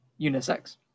unisex